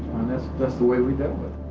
that's the way we dealt with it.